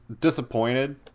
disappointed